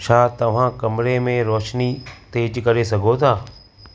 छा तव्हां कमरे में रोशनी तेज़ु करे सघो था